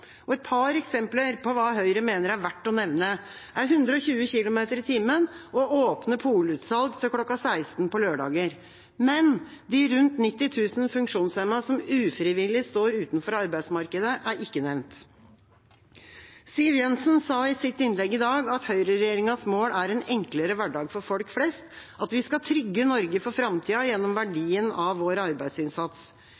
høyre.no. Et par eksempler på hva Høyre mener er verdt å nevne, er 120 km/t og åpne polutsalg til kl. 16 på lørdager. Men de rundt 90 000 funksjonshemmede som ufrivillig står utenfor arbeidsmarkedet, er ikke nevnt. Siv Jensen sa i sitt innlegg i dag at høyreregjeringas mål er en enklere hverdag for folk flest, at vi skal trygge Norge for framtida gjennom